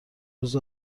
روز